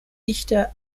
dichter